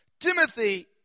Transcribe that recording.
Timothy